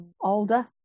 older